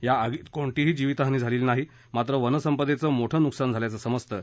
या आगीत कोणतीही जीवितहानी झाली नाही मात्र वनसंपदेचं मोठं नुकसान झाल्याचं समजतं